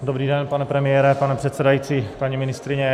Dobrý den, pane premiére, pane předsedající, paní ministryně.